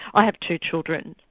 i have two children.